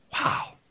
Wow